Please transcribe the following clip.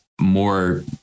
more